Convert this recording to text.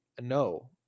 no